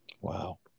Wow